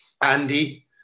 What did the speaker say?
Andy